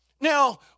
now